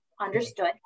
understood